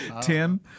Tim